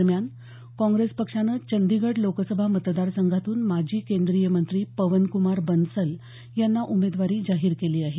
दरम्यान काँग्रेस पक्षानं चंदीगड लोकसभा मतदार संघातून माजी केंद्रीय मंत्री पवन्कुमार बन्सल यांना उमेदवारी जाहीर केली आहे